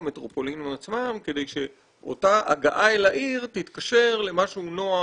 המטרופולין כדי שאותה הגעה אל העיר תתקשר למשהו נוח,